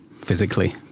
physically